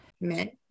Men